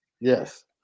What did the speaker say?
Yes